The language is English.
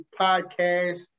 Podcast